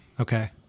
Okay